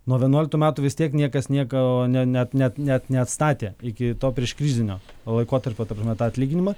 nuo vienuoliktų metų vis tiek niekas nieko ne ne net net neatstatė iki to prieškrizinio laikotarpio ta prasme tą atlyginimą